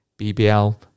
BBL